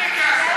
אתה היית עכשיו.